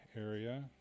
area